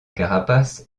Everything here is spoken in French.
carapace